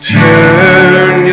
turn